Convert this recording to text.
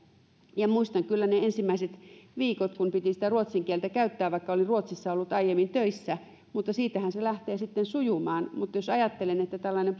ja muistan kyllä ne ensimmäiset viikot kun piti sitä ruotsin kieltä käyttää vaikka olin ruotsissa ollut aiemmin töissä mutta siitähän se lähtee sitten sujumaan jos ajattelen että tällainen